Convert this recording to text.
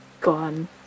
gone